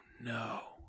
no